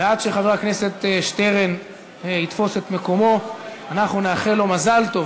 ועד שחבר הכנסת שטרן יתפוס את מקומו אנחנו נאחל לו מזל טוב.